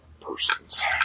person's